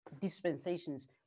dispensations